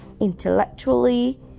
intellectually